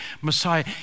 Messiah